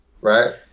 right